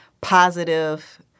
positive